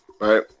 right